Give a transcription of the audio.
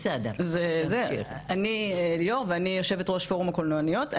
אני ליאור, ואני יושבת ראש פורום הקולנועניות.